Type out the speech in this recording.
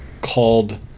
called